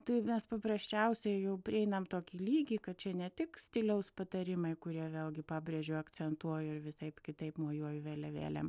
tai mes paprasčiausiai jau prieinam tokį lygį kad čia ne tik stiliaus patarimai kurie vėlgi pabrėžiu akcentuoju ir visaip kitaip mojuoju vėliavėlėm